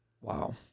Wow